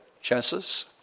chances